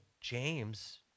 James